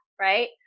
Right